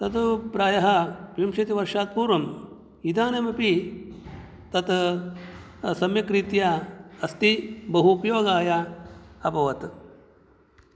तत् प्रायः विंशतिवर्षात् पूर्वम् इदानीमपि तत् सम्यक्रीत्या अस्ति बहूपयोगाय अभवत्